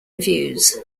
reviews